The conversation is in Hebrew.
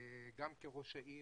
גם כראש העיר